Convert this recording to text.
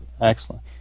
excellent